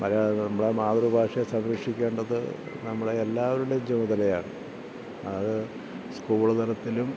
മലയാള നമ്മളെ മാതൃഭാഷയെ സംരക്ഷിക്കേണ്ടത് നമ്മുടെ എല്ലാവരുടെയും ചുമതലയാണ് അത് സ്കൂള് തലത്തിലും